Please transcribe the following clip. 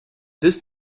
this